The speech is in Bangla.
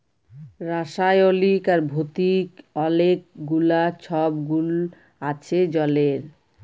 রাসায়লিক আর ভতিক অলেক গুলা ছব গুল আছে জলের